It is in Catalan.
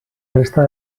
resta